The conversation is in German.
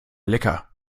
lecker